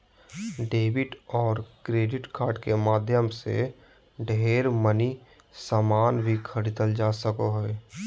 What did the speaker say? debit और credit card के माध्यम से ढेर मनी सामान भी खरीदल जा सको हय